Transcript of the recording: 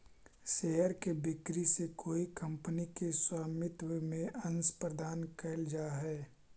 share के बिक्री से कोई कंपनी के स्वामित्व में अंश प्रदान कैल जा हइ